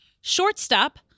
Shortstop